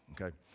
okay